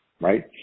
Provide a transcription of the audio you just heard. right